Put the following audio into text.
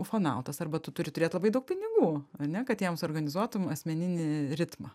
ufonautas arba tu turi turėt labai daug pinigų ar ne kad jam suorganizuotum asmeninį ritmą